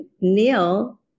Neil